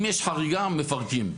אם יש חריגה, מפרקים.